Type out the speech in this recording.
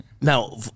Now